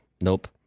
nope